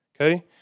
okay